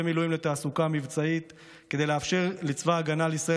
מילואים לתעסוקה מבצעית כדי לאפשר לצבא ההגנה לישראל